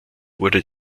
wurde